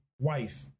wife